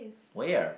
where